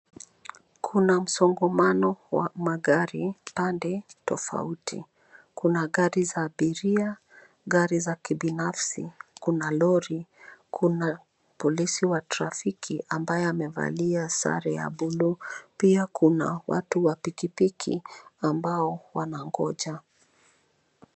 Kuna msongamano wa magari pande tofauti. Kuna gari za abiria, gari za kibinafsi, kuna lori, kuna polisi wa trafiki ambaye amevalia sare ya buluu. Pia kuna watu wa pikipiki ambao wanangonja.